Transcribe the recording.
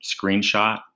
screenshot